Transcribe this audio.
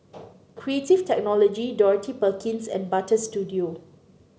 Creative Technology Dorothy Perkins and Butter Studio